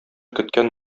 көткән